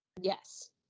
yes